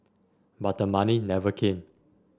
but the money never came